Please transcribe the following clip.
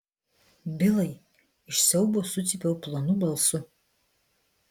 bilai iš siaubo sucypiau plonu balsu